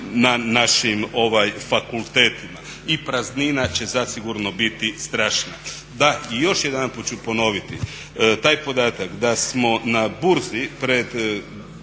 na našim fakultetima i praznina će zasigurno biti strašna. Da, još jedanput ću ponoviti, taj podatak da smo na burzi pred